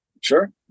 Sure